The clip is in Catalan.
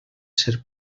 ser